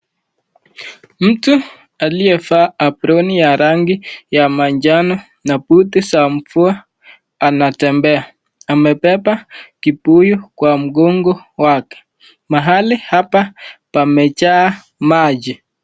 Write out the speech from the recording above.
Mtu aliyevaa aproni ya rangi ya manjano na buti za mvua anatembea amebeba kibuyu kwa mgongo wake mahali hapa pamejaa maji.